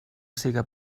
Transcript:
siga